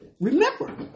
remember